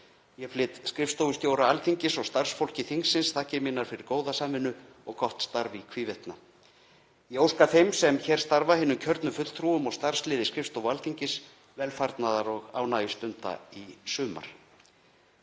Ég flyt skrifstofustjóra Alþingis og starfsfólki þingsins þakkir mínar fyrir góða samvinnu og gott starf í hvívetna. Ég óska þeim sem hér starfa, hinum kjörnu fulltrúum og starfsliði skrifstofu Alþingis, velfarnaðar og ánægjustunda í sumar.